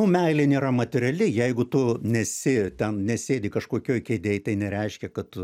meilė nėra materiali jeigu tu nesi ten nesėdi kažkokioj kėdėj tai nereiškia kad